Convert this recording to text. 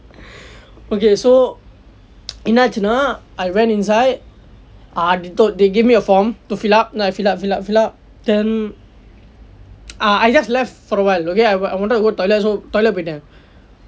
okay so என்ன ஆகியதுனா:enna aakiyathunaa I went inside ah they told they gave me a form to fill up then I fill up fill up fill up then ah I just left for awhile okay I want I wanted to go toilet toilet போய்ட்டேன்:poitten